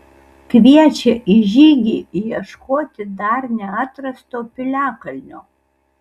kviečia į žygį ieškoti dar neatrasto piliakalnio